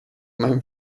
meinem